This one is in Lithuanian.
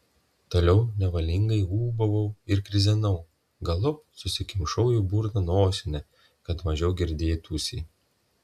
toliau nevalingai ūbavau ir krizenau galop susikimšau į burną nosinę kad mažiau girdėtųsi